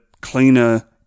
cleaner